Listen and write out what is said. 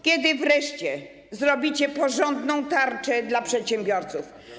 Kiedy wreszcie zrobicie porządną tarczę dla przedsiębiorców?